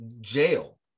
jail